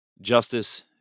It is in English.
justice